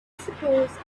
suppose